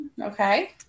Okay